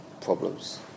problems